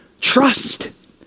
trust